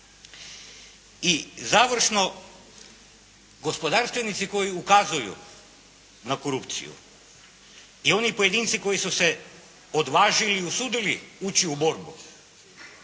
I završno, gospodarstvenici koji ukazuju na korupciju i oni pojedinci koji su se odvažili i usudili ući u borbu